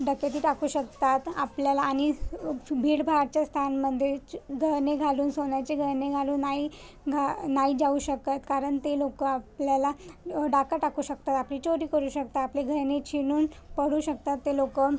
डकेती टाकू शकतात आपल्याला आणि भीडभाडच्या स्थानमध्येच गहने घालून सोन्याचे गहने घालून नाही घा नाही जाऊ शकत कारण ते लोक आपल्याला डाका टाकू शकतात आपली चोरी करू शकतात आपले गहने छीनून पडू शकतात ते लोक